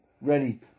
ready